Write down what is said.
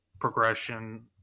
progression